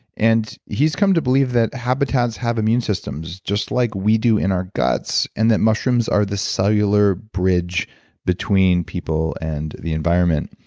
and he's come to believe that habitats have immune systems just like we do in our guts, and that mushrooms are the cellular bridge between people and the environment.